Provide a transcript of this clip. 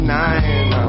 nine